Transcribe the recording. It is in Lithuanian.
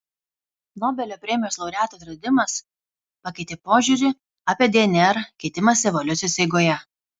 nobelio premijos laureatų atradimas pakeitė požiūrį apie dnr keitimąsi evoliucijos eigoje